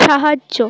সাহায্য